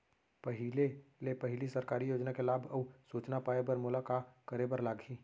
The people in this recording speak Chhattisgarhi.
पहिले ले पहिली सरकारी योजना के लाभ अऊ सूचना पाए बर मोला का करे बर लागही?